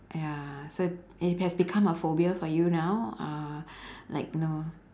!aiya! so it has become a phobia for you now uh like you know